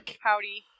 howdy